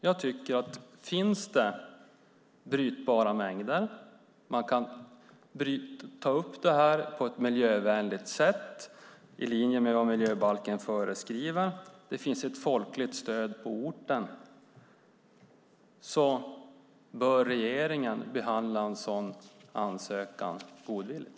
Om det finns brytbara mängder och det här kan tas upp på ett miljövänligt sätt - i linje med vad miljöbalken föreskriver - och om det finns ett folkligt stöd på orten bör, tycker jag, regeringen behandla en sådan här ansökan godvilligt.